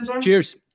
Cheers